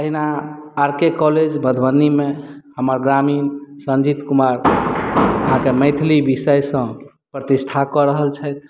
एहिना R K college मधुबनीमे हमर ग्रामीण संजीत कुमार अहाँके मैथिली विषयसँ प्रतिष्ठा कय रहल छथि